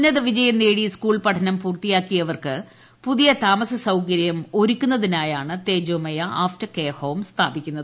ഉന്നതവിജയം നേടി ് സ്കൂൾ പഠനം പൂർത്തിയാക്കിയവർക്ക് പുതിയ് ത്യാമ്സ സൌകര്യം ഒരുക്കുന്നതി നായാണ് തേജോമയ ആഫ്റ്റ്റർ കെയർ ഹോം സ്ഥാപിക്കുന്നത്